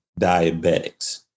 diabetics